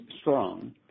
strong